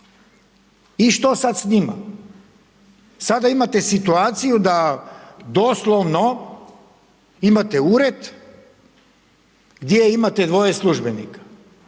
I što sad s njima? Sada imate situaciju da doslovno imate ured gdje ima dvoje službenika.